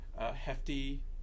hefty